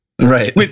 Right